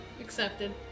Accepted